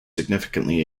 significantly